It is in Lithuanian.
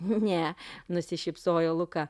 ne nusišypsojo luka